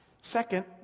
Second